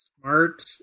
smart